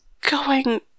going-